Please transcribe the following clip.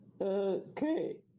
Okay